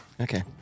Okay